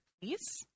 please